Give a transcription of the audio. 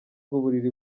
uburiri